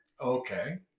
Okay